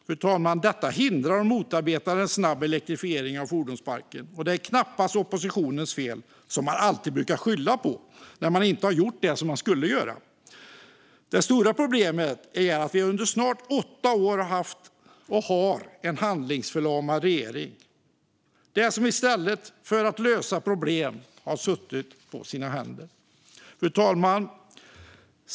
Detta, fru talman, hindrar och motarbetar en snabb elektrifiering av fordonsparken. Och det är knappast oppositionens fel, som man alltid brukar skylla på när man inte har gjort det man skulle göra. Det stora problemet är att vi under snart åtta år har haft, och har, en handlingsförlamad regering som i stället för att lösa problem har suttit på sina händer. Fru talman!